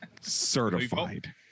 Certified